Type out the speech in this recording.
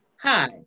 Hi